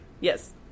Yes